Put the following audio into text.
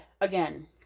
again